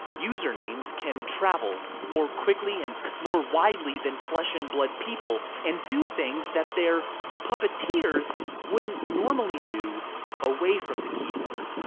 user names can travel more quickly and more widely than flesh-and-blood people and do things that their puppeteers wouldn't normally do away from the keyboard.